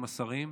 עם השרים,